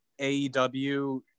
AEW